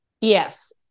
Yes